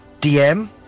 DM